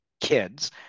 kids